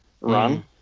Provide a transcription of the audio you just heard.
run